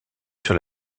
sur